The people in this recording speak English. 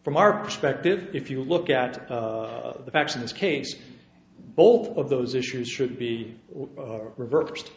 from our perspective if you look at the facts of this case both of those issues should be reverse